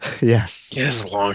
Yes